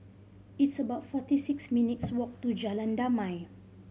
it's about forty six minutes' walk to Jalan Damai